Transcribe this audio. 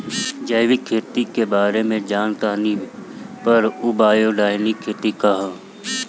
जैविक खेती के बारे जान तानी पर उ बायोडायनमिक खेती का ह?